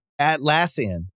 Atlassian